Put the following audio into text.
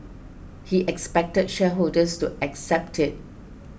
he expected shareholders to accept it